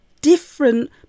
different